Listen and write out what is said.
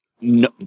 No